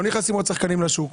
לא נכנסים עוד שחקנים לשוק.